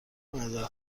معذرت